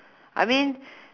I mean